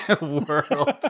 world